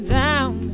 down